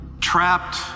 trapped